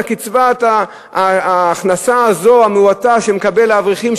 קצבת הבטחת ההכנסה המועטה הזו שמקבלים האברכים,